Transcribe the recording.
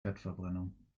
fettverbrennung